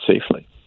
safely